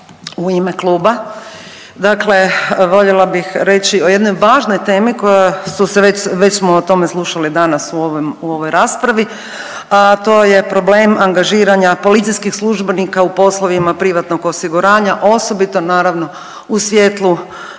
u ime kluba. Dakle, voljela bih reći o jednoj važnoj temi koja su se već smo o tome slušali danas u ovoj raspravi, a to je problem angažiranja policijskih službenika u poslovima privatnog osiguranja, osobito naravno u svjetlu